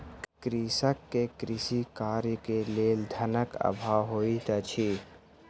कृषक के कृषि कार्य के लेल धनक अभाव होइत अछि